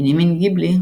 בנימין גיבלי,